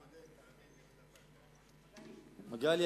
מגלי,